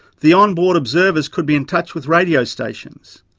the on board observers could be in touch with radio stations.